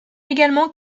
également